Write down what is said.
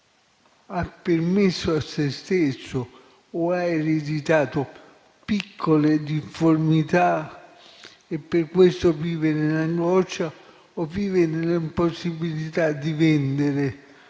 ha permesso a sé stesso o ha ereditato piccole difformità e per questo vive nell'angoscia o nell'impossibilità di vendere,